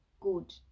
good